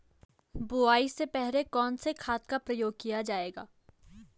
बुआई से पहले कौन से खाद का प्रयोग किया जायेगा?